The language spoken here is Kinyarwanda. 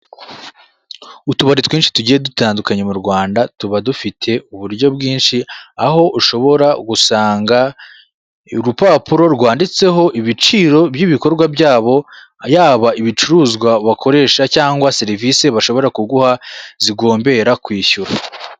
Utubari twinshi tugiye dutandukanye mu Rwanda tuba dufite uburyo bwinshi, aho ushobora gusanga urupapuro rwanditseho ibiciro by'ibikorwa byabo, yaba ibicuruzwa bakoresha cyangwa serivisi bashobora kuguha zigombera kwishyura.